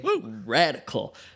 radical